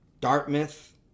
Dartmouth